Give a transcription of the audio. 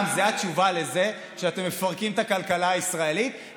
זו התשובה לזה שאתם מפרקים את הכלכלה הישראלית.